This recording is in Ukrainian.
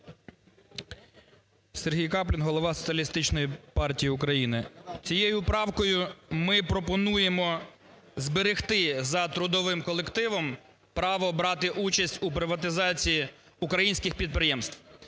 СергійКаплін, голова Соціалістичної партії України. Цією правкою ми пропонуємо зберегти за трудовим колективом право брати участь у приватизації українських підприємств.